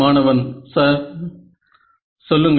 மாணவன் சார் சொல்லுங்கள்